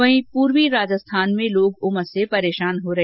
वहीं पूर्वी राजस्थान में लोग उमस से परेशान रहे